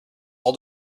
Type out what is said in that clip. all